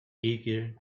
eager